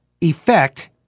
effect